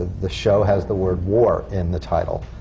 the show has the word war in the title,